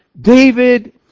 David